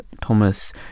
Thomas